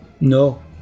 No